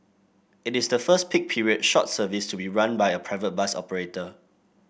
it is the first peak period short service to be run by a private bus operator